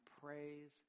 praise